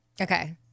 Okay